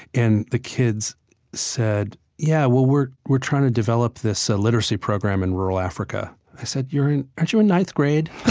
and the kids said, yeah, well we're we're trying to develop this so literacy program in rural africa. i said, you're in, aren't you in ninth grade? well,